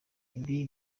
ibi